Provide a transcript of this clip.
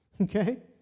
okay